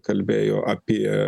kalbėjo apie